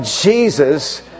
Jesus